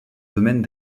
domaine